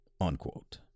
Unquote